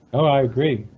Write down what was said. oh, i agree,